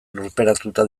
lurperatuta